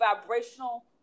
vibrational